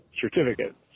certificate